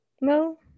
No